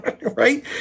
right